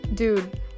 Dude